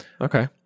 Okay